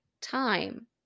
time